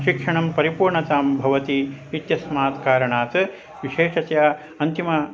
शिक्षणं परिपूर्णतां भवति इत्यस्मात् कारणात् विशेषतया अन्तिम